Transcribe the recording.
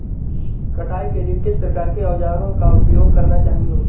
कटाई के लिए किस प्रकार के औज़ारों का उपयोग करना चाहिए?